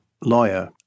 lawyer